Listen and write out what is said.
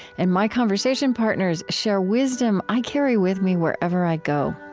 and my conversation partners share wisdom i carry with me wherever i go.